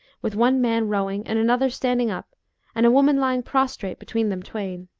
with one man rowing and another standing up and a woman lying prostrate between them twain.